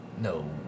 no